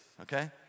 okay